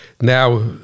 now